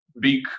big